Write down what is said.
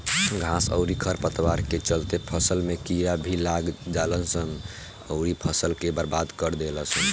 घास अउरी खर पतवार के चलते फसल में कीड़ा भी लाग जालसन अउरी फसल के बर्बाद कर देलसन